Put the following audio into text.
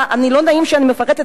לא נעים שאני מפרטת את זה,